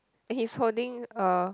he's holding a